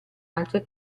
altre